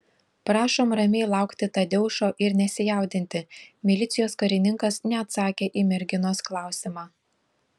prašom ramiai laukti tadeušo ir nesijaudinti milicijos karininkas neatsakė į merginos klausimą